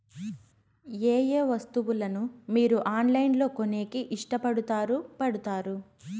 ఏయే వస్తువులను మీరు ఆన్లైన్ లో కొనేకి ఇష్టపడుతారు పడుతారు?